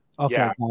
Okay